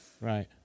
Right